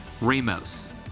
Ramos